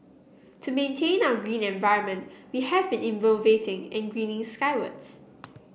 to maintain our green environment we have been innovating and greening skywards